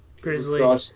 Grizzly